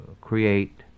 create